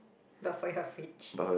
but for your fridge